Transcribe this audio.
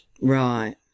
right